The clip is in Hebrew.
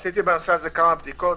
עשיתי בעניין כמה בדיקות.